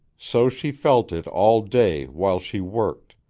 so she felt it all day while she worked,